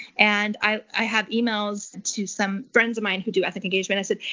and i i have emails to some friends of mine who do ethnic engagement. i said,